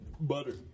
Butter